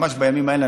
ממש בימים האלה,